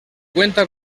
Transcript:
cuenta